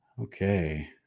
Okay